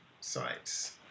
sites